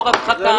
לא רווחתם,